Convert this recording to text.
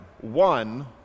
one